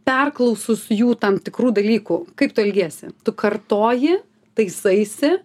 perklausus jų tam tikrų dalykų kaip tu elgiesi tu kartoji taisaisi